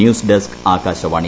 news desk Akashvani